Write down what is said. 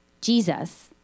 Jesus